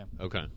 okay